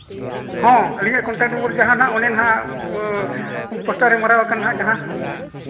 ᱦᱮᱸ ᱟᱹᱞᱤᱧᱟᱜ contact number ᱡᱟᱦᱟᱸ ᱢᱮᱱᱟᱜᱼᱟ ᱚᱸᱰᱮ ᱱᱟᱦᱟᱸᱜ ᱯᱳᱥᱴᱟᱨ ᱢᱟᱨᱟᱝ ᱟᱠᱟᱱ ᱡᱟᱦᱟᱸ